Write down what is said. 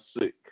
sick